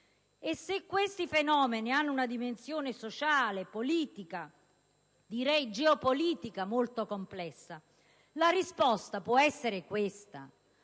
e se questi fenomeni hanno una dimensione sociale, politica e geopolitica molto complessa, la risposta può davvero essere questa?